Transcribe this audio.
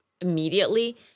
immediately